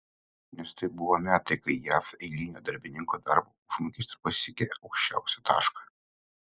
nes tai buvo metai kai jav eilinio darbininko darbo užmokestis pasiekė aukščiausią tašką